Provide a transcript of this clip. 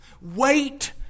Wait